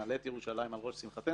נעלה את ירושלים על ראש שמחתנו.